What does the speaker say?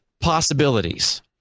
possibilities